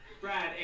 Brad